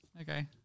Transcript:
okay